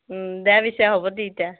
দে পিছে হ'ব দি ইতা